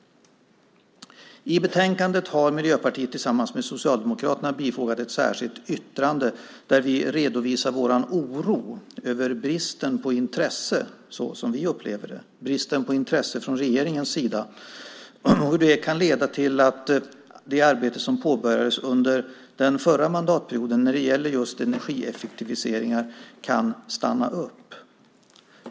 I betänkandet har Miljöpartiet tillsammans med Socialdemokraterna bifogat ett särskilt yttrande där vi redovisar vår oro över bristen på intresse som vi upplever från regeringens sida. Det kan leda till att det arbete som påbörjades under den förra mandatperioden när det gäller just energieffektiviseringar kan stanna upp.